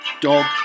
Dog